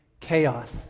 chaos